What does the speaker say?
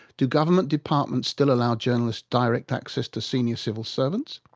do government departments still allow journalists direct access to senior civil servants?